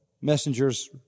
messenger's